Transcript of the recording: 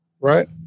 Right